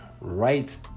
right